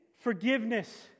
forgiveness